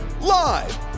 Live